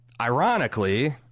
Ironically